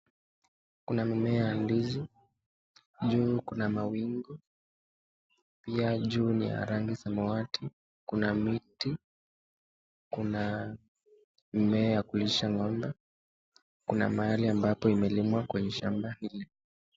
Kuna mimmea ya ndizi, juu kuna mawingu pia juu ni ya rangi samawati. Kuna miti kuna mimmea ya kulisha ng'ombe. Kuna mahali ambapo imelimwa kwenye shamba ile.